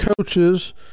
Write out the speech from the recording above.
coaches